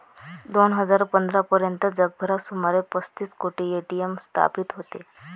दोन हजार पंधरा पर्यंत जगभरात सुमारे पस्तीस कोटी ए.टी.एम स्थापित होते